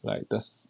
like this